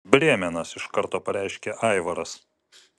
brėmenas iš karto pareiškė aivaras